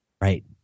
Right